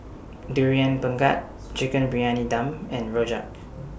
Durian Pengat Chicken Briyani Dum and Rojak